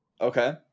Okay